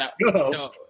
no